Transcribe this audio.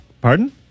Pardon